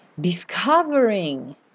Discovering